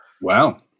wow